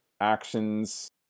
actions